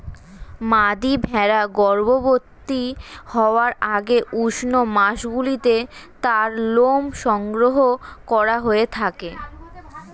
মাদী ভেড়া গর্ভবতী হওয়ার আগে উষ্ণ মাসগুলিতে তার লোম সংগ্রহ করা হয়ে থাকে